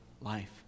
life